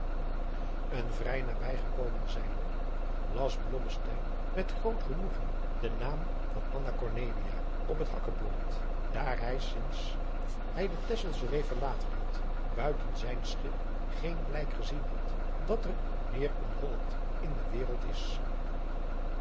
een vrij nabij gekomen zijnde las blommesteyn met groot genoegen den naam van anna cornelia op het hakkebord daar hij sinds hij de texelsche reê verlaten had buiten zijn schip geen blijk gezien had dat er meereen holland in de wereld is